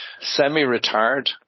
semi-retired